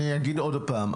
אני אגיד עוד פעם,